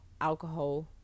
alcohol